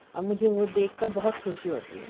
اب مجھے وہ دیکھ کر بہت خوشی ہوتی ہے